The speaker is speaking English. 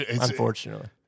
unfortunately